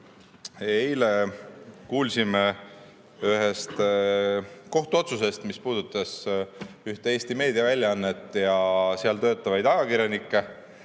Eile kuulsime ühest kohtuotsusest, mis puudutas ühte Eesti meediaväljaannet ja seal töötavaid ajakirjanikke.